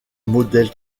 modèle